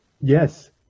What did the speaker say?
Yes